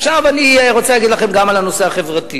עכשיו אני רוצה להגיד לכם גם על הנושא החברתי.